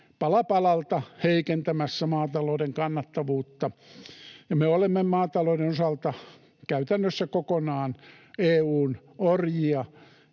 pala palalta heikentämässä maatalouden kannattavuutta. Me olemme maatalouden osalta käytännössä kokonaan EU:n orjia,